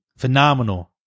Phenomenal